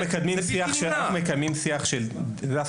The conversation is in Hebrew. אנחנו מקיימים שיח של דיאלוג.